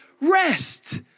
rest